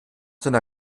seiner